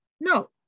No